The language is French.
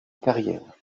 carrière